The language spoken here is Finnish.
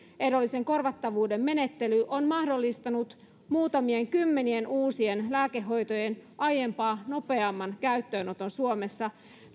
ehdollisen korvattavuuden menettely on mahdollistanut muutamien kymmenien uusien lääkehoitojen aiempaa nopeamman käyttöönoton suomessa